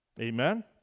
amen